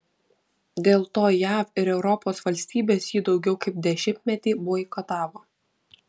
dėl to jav ir europos valstybės jį daugiau kaip dešimtmetį boikotavo